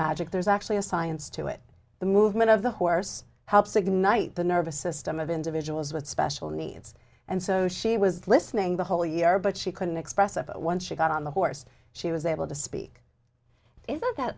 magic there's actually a science to it the movement of the horse helps ignite the nervous system of individuals with special needs and so she was listening the whole year but she couldn't express up at once she got on the horse she was able to speak isn't that